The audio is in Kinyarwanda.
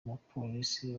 mupolisi